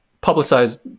publicized